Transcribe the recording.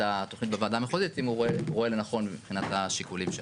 התוכנית בוועדה המחוזית אם הוא רואה לנכון מבחינת השיקולים שלו.